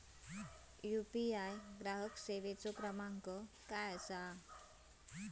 UPI ग्राहक सेवेचो क्रमांक काय असा?